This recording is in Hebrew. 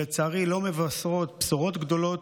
שלצערי לא מבשרות בשורות גדולות,